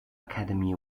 academy